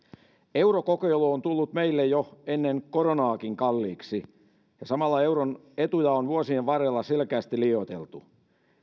eurokokeilu on tullut meille jo ennen koronaakin kalliiksi ja samalla euron etuja on vuosien varrella selkeästi liioiteltu